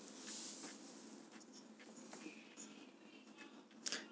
okay